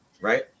right